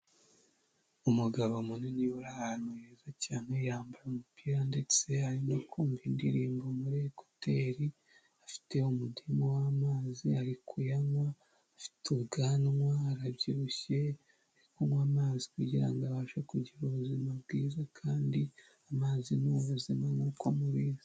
Umugabo munini uri ahantu heza cyane, yambaye umupira ndetse arimo kumva indirimbo muri koteri, afite umudimu w'amazi ari kuyanywa, afite ubwanwa, arabyibushye, ari kunywa amazi kugira ngo abashe kugira ubuzima bwiza kandi amazi ni ubuzima nk'uko mubizi.